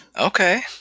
Okay